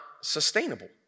sustainable